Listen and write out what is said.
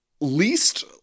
least